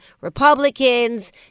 Republicans